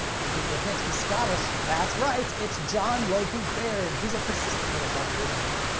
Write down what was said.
i'll give you a hint, he's scottish! that's right, it's john logie baird. he's a persistent little bugger, isn't he?